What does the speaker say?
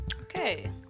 Okay